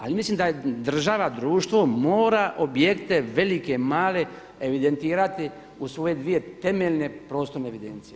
Ali mislim da država, društvo mora objekte velike, male evidentirati u svoje dvije temeljne prostorne evidencije.